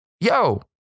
Yo